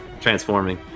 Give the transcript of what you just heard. transforming